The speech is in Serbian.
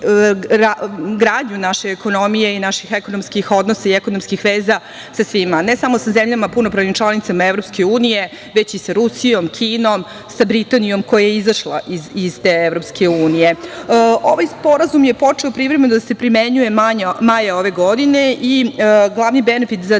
gradnju naše ekonomije i naših ekonomskih odnosa i ekonomskih veza sa svima, a ne samo sa zemljama punopravnim članicama EU, već i sa Rusijom, Kinom, sa Britanijom koja je izašla iz te EU. Ovaj sporazum je počeo privremeno da se primenjuje maja ove godine i glavni benefit za